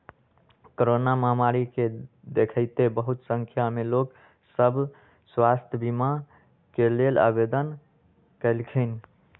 corona महामारी के देखइते बहुते संख्या में लोग सभ स्वास्थ्य बीमा के लेल आवेदन कलखिन्ह